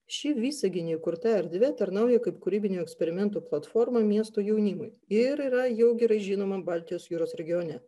ši visagine įkurta erdvė tarnauja kaip kūrybinių eksperimentų platforma miesto jaunimui ir yra jau gerai žinoma baltijos jūros regione